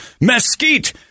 mesquite